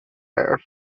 air